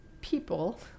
people